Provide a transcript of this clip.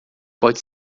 pode